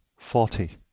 forty.